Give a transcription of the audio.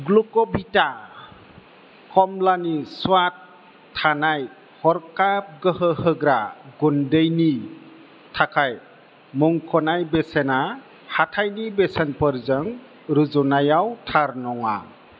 ग्लुक'भिटा खमलानि स्वाद थानाय हरखाब गोहो होग्रा गुन्दैनि थाखाय मुंख'नाय बेसेना हाथायनि बेसेनफोरजों रुजुनायाव थार नङा